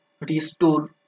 Restore